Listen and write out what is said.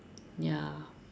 ya